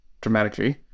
dramatically